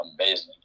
amazing